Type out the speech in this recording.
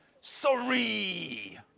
Sorry